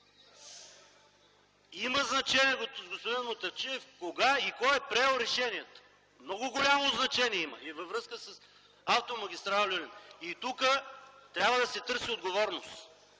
Има значение, господин Мутафчиев, кога и кой е приел решението. Много голямо значение има и във връзка с автомагистрала „Люлин”. Тук трябва да се търси отговорност